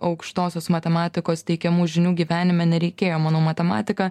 aukštosios matematikos teikiamų žinių gyvenime nereikėjo manau matematiką